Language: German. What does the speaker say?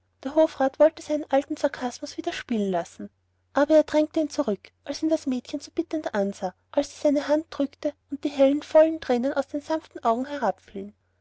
der hofrat wollte seinen alten sarkasmus wieder spielen lassen aber er drängte ihn zurück als ihn das mädchen so bittend ansah als sie seine hand drückte und die hellen vollen tränen aus den sanften augen